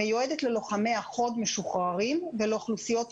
התוכנית מיועדת ללוחמי החוד המשוחררים ולאוכלוסיות ייחודיות,